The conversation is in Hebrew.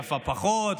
יפה פחות,